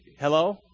hello